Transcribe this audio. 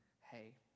Hey